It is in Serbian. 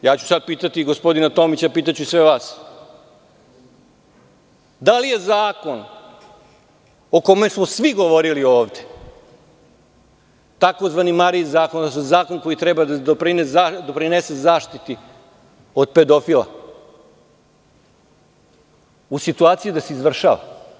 Sada ću pitati gospodina Tomića, pitaću i sve vas – da li je zakon o kome smo svi govorili ovde, tzv. „Marijin zakon“, zakon koji treba da doprinese zaštiti od pedofila u situaciji da se izvršava?